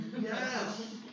Yes